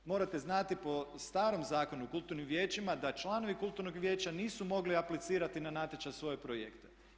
Morate znati po starom Zakonu o kulturnim vijećima da članovi kulturnog vijeća nisu mogli aplicirati na natječaj za svoje projekte.